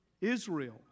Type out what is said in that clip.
Israel